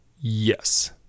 Yes